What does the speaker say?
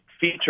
feature